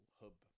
hub